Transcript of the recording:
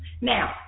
Now